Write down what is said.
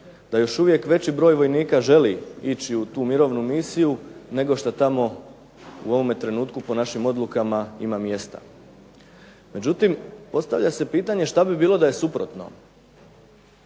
da još uvijek velik broj vojnika želi ići u tu mirovnu misiju nego što tamo u ovome trenutku po našim odlukama ima mjesta. Međutim, postavlja se pitanje što bi bilo da je suprotno?